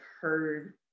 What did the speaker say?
heard